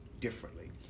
differently